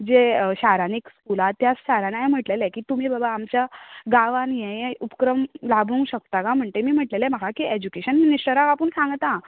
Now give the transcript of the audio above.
जे शारांनी स्कुलां आसा त्या शारांन हांवें म्हटलेले कि तुमी बाबा आमच्या गांवान ये ये उपक्रम लाबूंक शकता गा म्हण तेमी म्हटलेले म्हाका कि एजुकेशन मिनिस्टराक आपूण सांगता